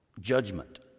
judgment